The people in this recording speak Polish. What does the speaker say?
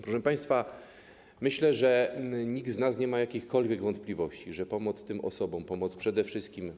Proszę państwa, myślę, że nikt z nas nie ma jakichkolwiek wątpliwości, że pomoc tym osobom, pomoc przede wszystkim.